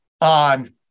on